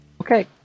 Okay